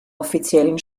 offiziellen